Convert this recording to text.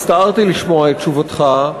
הצטערתי לשמוע את תשובתך.